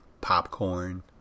Popcorn